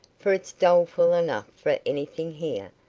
for it's doleful enough for anything here,